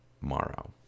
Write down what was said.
Morrow